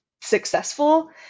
successful